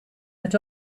but